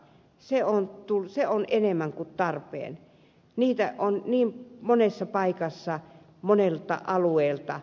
se on tuli se on enemmän kuin tarpeen niitä on niin monessa paikassa monelta alueelta